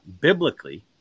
Biblically